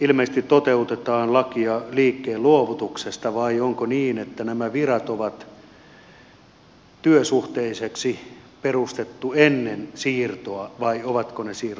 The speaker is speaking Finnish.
ilmeisesti toteutetaan lakia liikkeen luovutuksesta vai onko niin että nämä virat ovat työsuhteiseksi perustettuja ennen siirtoa vai ovatko ne siirron jälkeen